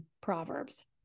Proverbs